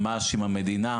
ממש עם המדינה,